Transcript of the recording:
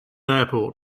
airport